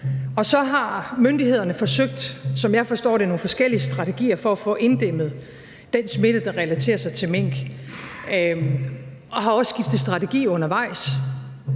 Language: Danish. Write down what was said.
Og så har myndighederne forsøgt – som jeg forstår det – nogle forskellige strategier for at få inddæmmet den smitte, der relaterer sig til mink, og har også skiftet strategi undervejs.